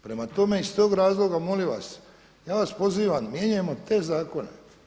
Prema tome, iz tog razloga, molim vas, ja vas pozivam, mijenjajmo te zakone.